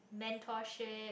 mentorship